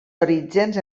orígens